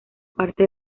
parte